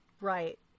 Right